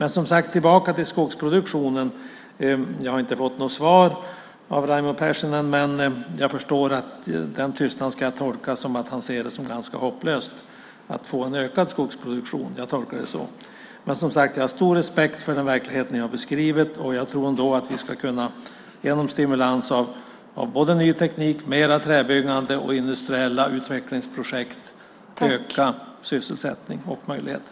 När det gäller skogsproduktionen har jag inte fått något svar av Raimo Pärssinen, men jag förstår att jag ska tolka den tystnaden som att han ser det som ganska hopplöst att få en ökad skogsproduktion. Så tolkar jag det. Jag har som sagt stor respekt för den verklighet ni har beskrivit, men jag tror ändå att vi genom stimulans i form av ny teknik, mer träbyggande och industriella utvecklingsprojekt ska kunna öka både sysselsättning och möjligheter.